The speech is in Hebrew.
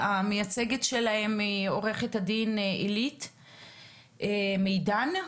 מייצגת אותם עו"ד עילית מידן,